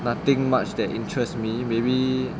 nothing much that interest me maybe